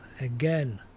Again